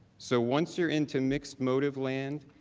so once your into mixed motive lane,